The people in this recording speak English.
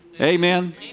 Amen